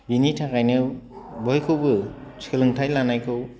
बिनि थाखायनो बयखौबो सोलोंथाय लानायखौ